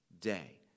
day